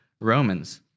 Romans